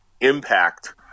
impact